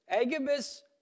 Agabus